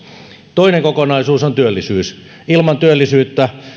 toinen kokonaisuus on työllisyys ilman työllisyyttä